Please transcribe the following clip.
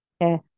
Yes